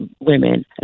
women